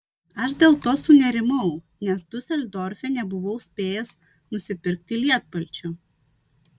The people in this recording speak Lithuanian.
aš dėl to sunerimau nes diuseldorfe nebuvau spėjęs nusipirkti lietpalčio